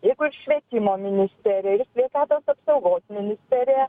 jeigu ir švietimo ministerija ir sveikatos apsaugos ministerija